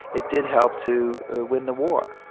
it did help to win the war